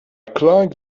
clung